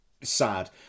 sad